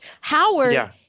Howard